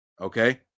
Okay